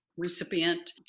recipient